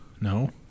No